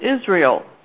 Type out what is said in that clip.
Israel